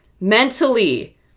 mentally